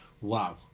Wow